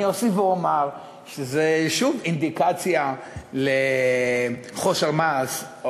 אני אוסיף ואומר שזו שוב אינדיקציה לחוסר מעש.